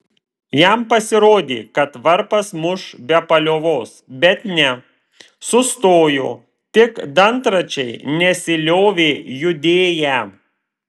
jam pasirodė kad varpas muš be paliovos bet ne sustojo tik dantračiai nesiliovė judėję